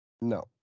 no